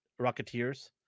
Rocketeers